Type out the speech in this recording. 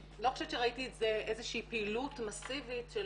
אני לא חושבת שראיתי איזושהי פעילות מאסיבית של